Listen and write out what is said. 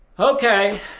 Okay